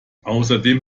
außerdem